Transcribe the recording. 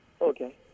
Okay